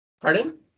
pardon